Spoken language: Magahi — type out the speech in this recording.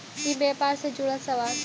ई व्यापार से जुड़ल सवाल?